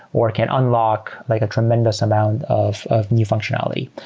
or can unlock like a tremendous amount of of new functionality.